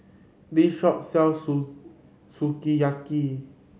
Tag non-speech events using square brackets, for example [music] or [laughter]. this shop sells [unintelligible] Sukiyaki